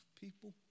people